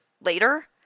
later